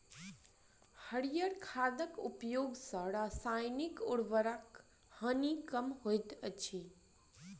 हरीयर खादक उपयोग सॅ रासायनिक उर्वरकक हानि कम होइत अछि